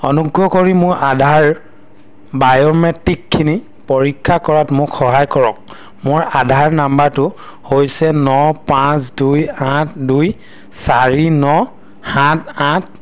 অনুগ্ৰহ কৰি মোৰ আধাৰ বায়োমেট্ৰিকখিনি পৰীক্ষা কৰাত মোক সহায় কৰক মোৰ আধাৰ নাম্বাৰটো হৈছে ন পাঁচ দুই আঠ দুই চাৰি ন সাত আঠ